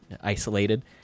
isolated